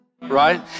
right